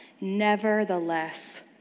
nevertheless